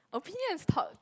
opinions talk